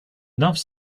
loves